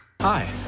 Hi